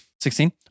sixteen